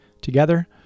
Together